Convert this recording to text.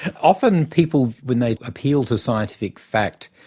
often people when they appeal to scientific fact,